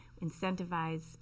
incentivize